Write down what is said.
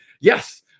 Yes